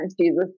jesus